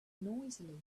noisily